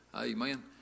Amen